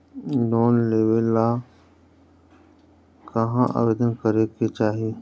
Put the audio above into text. Loan लेवे ला कहाँ आवेदन करे के चाही?